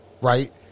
right